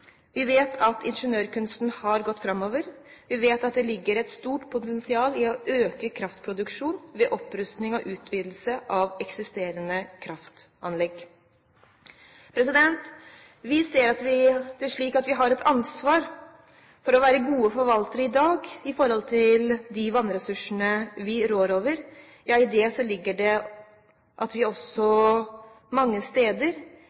Vi vet at ingeniørkunsten har gått framover. Vi vet at det ligger et stort potensial i å øke kraftproduksjonen ved opprusting og utvidelse av eksisterende kraftanlegg. Vi ser det slik at vi har et ansvar for å være gode forvaltere i dag når det gjelder de vannressursene vi rår over. I det ligger det at vi også mange steder